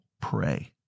pray